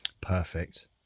Perfect